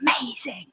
amazing